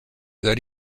that